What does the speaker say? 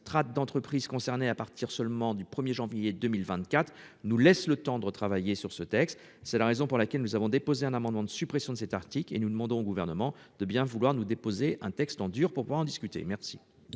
strate d'entreprises concernées à partir seulement du 1er janvier 2024 nous laisse le temps de retravailler sur ce texte. C'est la raison pour laquelle nous avons déposé un amendement de suppression de cet article et nous demandons au gouvernement de bien vouloir nous déposer un texte en dur pour pouvoir discuter, merci.